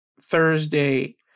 Thursday